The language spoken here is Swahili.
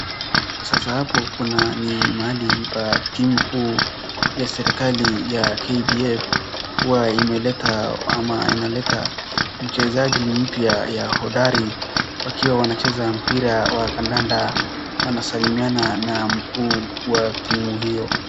Sasa hapo kuna ni mahali pa timu kuu ya serikali ya KDF, huwa imeleta ama inaleta mchezaji mpya ya hodari, wakiwa wanacheza mpira ya kadanda, wanasalimiana na mkuu wa timu hio.